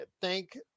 thank